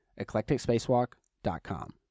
eclecticspacewalk.com